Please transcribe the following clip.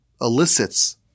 elicits